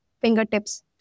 fingertips